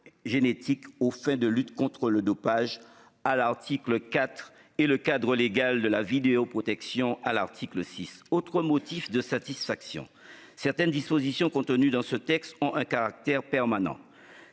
génétiques aux fins de lutte contre le dopage, à l'article 4, et au cadre légal de la vidéoprotection, à l'article 6. Autre motif de satisfaction, certaines dispositions contenues dans ce texte ont un caractère permanent.